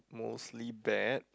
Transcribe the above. mostly bad